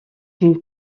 d’une